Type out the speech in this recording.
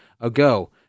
ago